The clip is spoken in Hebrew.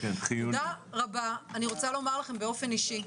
תודה רבה אני רוצה לומר לכם באופן אישי,